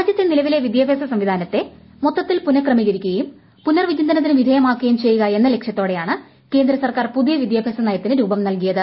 രാജ്യത്തെ നിലവിലെ വിദ്യാഭ്യാസ സംവിധാനത്തെ മൊത്തത്തിൽ പുനഃക്രമീകരിക്കുകയും പുനർവിചിന്തനത്തിന് വിധേയമാക്കുകയും ചെയ്യുക എന്ന ലക്ഷ്യത്തോടെയാണ് കേന്ദ്ര സർക്കാർ പുതിയ വിദ്യാഭ്യാസനയത്തിന് രൂപം നൽകിയത്